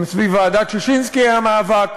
גם סביב ועדת ששינסקי היה מאבק.